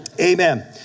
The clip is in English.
Amen